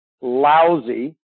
lousy